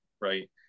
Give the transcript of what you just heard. right